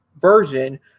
version